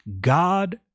God